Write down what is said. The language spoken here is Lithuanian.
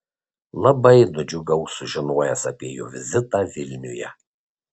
labai nudžiugau sužinojęs apie jo vizitą vilniuje